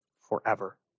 forever